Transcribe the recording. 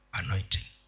anointing